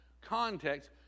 context